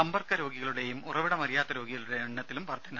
സമ്പർക്ക രോഗികളുടേയും ഉറവിടമറിയാത്ത രോഗികളുടേയും എണ്ണത്തിലും വർധന